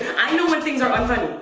i know when things are unfunny.